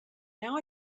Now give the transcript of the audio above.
now